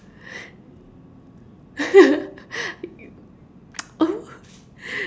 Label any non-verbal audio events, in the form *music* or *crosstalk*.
*laughs* you *noise* oh *laughs*